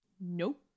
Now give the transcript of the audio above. nope